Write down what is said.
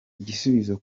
igisubizo